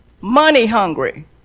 money-hungry